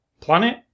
planet